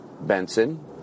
Benson